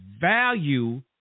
value